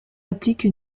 applique